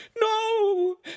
No